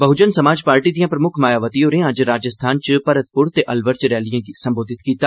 बह्जन समाज पार्टी प्रमुक्ख मायावती होरें अज्ज राजस्थान च भरतपुर ते अलवर च रैलिये गी सम्बोधित कीता